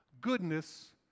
Goodness